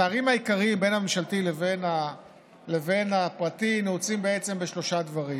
הפערים העיקריים בין הממשלתי לבין הפרטי נעוצים בשלושה דברים: